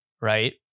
right